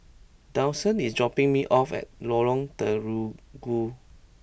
Dawson is dropping me off at Lorong Terigu